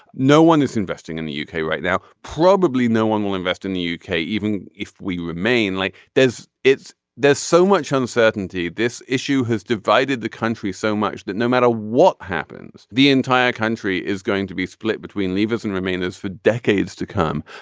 no one is investing in the uk right now. probably no one will invest in the yeah uk even if we remain like theirs. it's there's so much uncertainty. this issue has divided the country so much that no matter what happens the entire country is going to be split between leave us and remain us for decades to come.